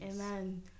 Amen